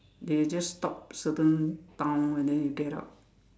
they just stop certain town and then you get out